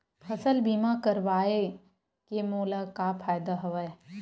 फसल बीमा करवाय के मोला का फ़ायदा हवय?